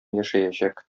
яшәячәк